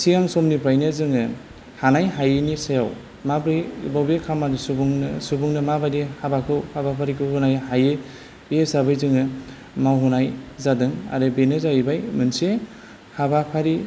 सिगां समनिफ्रायनो जोङो हानाय हायैनि सायाव माब्रै बबे खामानि सुबुंनो सुबुंनो माबायदि हाबाखौ हाबाफारिखौ होनो हायो बे हिसाबै जोङो मावहोनाय जादों आरो बेनो जाहैबाय मोनसे हाबाफारि